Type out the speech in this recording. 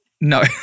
No